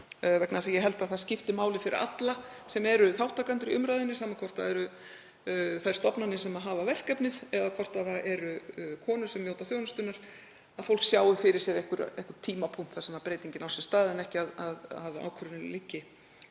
verið tvö ár. Ég held að það skipti máli fyrir alla sem eru þátttakendur í umræðunni, sama hvort það eru þær stofnanir sem hafa verkefnið eða þær konur sem njóta þjónustunnar, sjái fyrir sér einhvern tímapunkt þar sem breytingin á sér stað en ekki að ákvörðunin